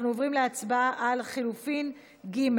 אנחנו עוברים להצבעה על לחלופין ג'.